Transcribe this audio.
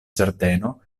ĝardeno